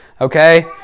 Okay